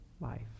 life